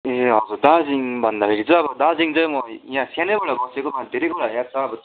ए हजुर दार्जिलिङ भन्दाफेरि चाहिँ दर्जिलिङ चाहिँ म यहाँ सानैबाट बसेको म धेरैको घर याद छ अब